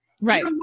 Right